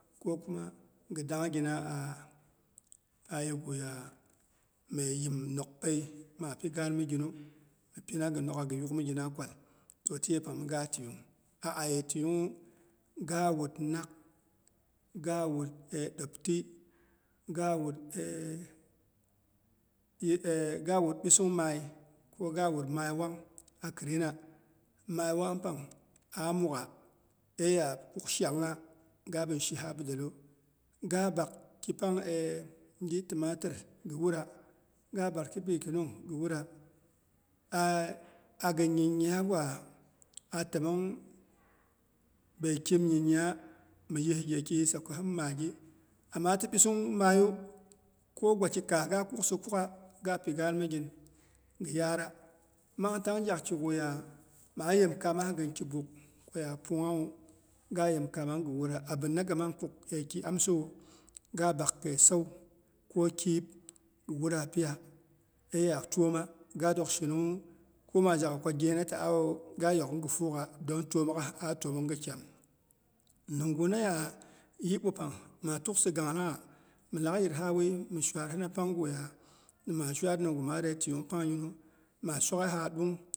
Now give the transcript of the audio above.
Ko kuma gidangina ayeguya meyim nokpei mapi gaan miginu, mipina gɨ yokga gi yukmigina kwal. Toh tiyepang, mɨ ga tiyung. Aye tiyungnwu, ga wud nak, ga wud dopti, ga wud bisung mai ko ga wud mai wang a khirina mai wang pang ah mukgha eya kuk shangha gabi shiha bidelu, gabak kipang gi timatir gɨ wuda, ga bak gɨ birkino gɨ wura a gɨn nyagwa, a təmong mye kɨim nyinya mi yɨi gheki yisa ko hin maggi. Ama ti bisung magu, kogwaki kaas ga kukha kugah. Ga pi gaan migin gɨ yara mang tang gyak kighya maa yemkama gɨn pibunk koya punghawu ga yemkamang gɨ wura abinaga mang kuk keiti amsiwu, ga bak kei sau ko kɨib gɨ wura piya eya twoma. Gadok shinungnwu, ko maa zhega ko ghena ta'awawu ga to gh gɨ fuugha dong twonmok; gha, a twomongha kyam nimguna ya yibwa pang maa tuksa ganglangha milak yirha wui mi shwarhina pangu ya nima shwar nimgu maa tiyung pangnyinu